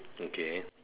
okay